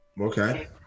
okay